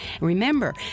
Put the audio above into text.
Remember